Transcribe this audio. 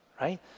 right